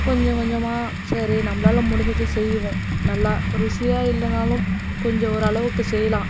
கொஞ்சம் கொஞ்சமாக சரி நம்மளால் முடிஞ்சது செய்வோம் நல்ல ருசியாக இல்லைனாலும் கொஞ்சம் ஒரளவுக்கு செய்யலாம்